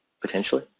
Potentially